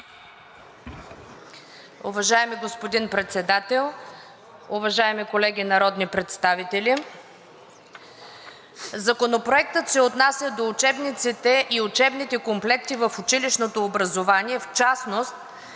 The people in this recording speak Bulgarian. Уважаеми господин Председател, уважаеми колеги народни представители! Законопроектът се отнася до учебниците и учебните комплекти в училищното образование, в частност